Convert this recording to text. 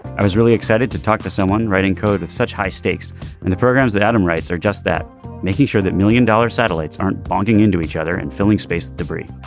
i was really excited to talk to someone writing code with such high stakes and the programs that adam writes are just that making sure that million dollar satellites aren't banging into each other and filling space debris